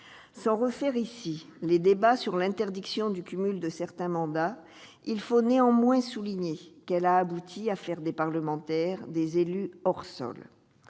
Sans refaire les débats sur l'interdiction du cumul de certains mandats, il faut néanmoins souligner que celle-ci a abouti à faire des parlementaires des élus « hors sol